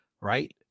right